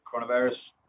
coronavirus